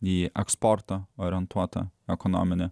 į eksportą orientuotą ekonominį